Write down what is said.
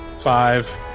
Five